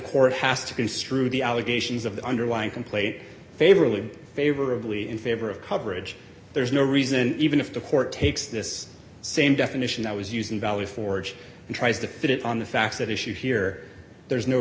court has to construe the allegations of the underlying complaint favorably favorably in favor of coverage there's no reason even if the court takes this same definition i was using valley forge and tries to fit it on the facts at issue here there's no